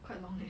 quite long leh